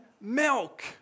milk